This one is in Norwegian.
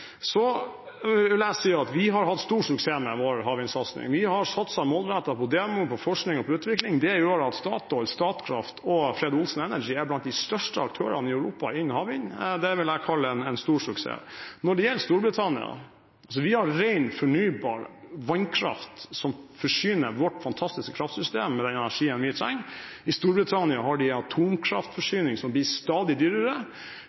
Så leser vi at vi har hatt stor suksess med vår havvindsatsing. Vi har satset målrettet på demo, på forskning og på utvikling. Det gjør at Statoil, Statkraft og Fred. Olsen Energi er blant de største aktørene i Europa innen havvind. Det vil jeg kalle en stor suksess. Når det gjelder Storbritannia: Vi har ren fornybar vannkraft som forsyner vårt fantastiske kraftsystem med den energien vi trenger. I Storbritannia har de atomkraftforsyning, som blir stadig dyrere.